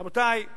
רבותי,